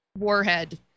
warhead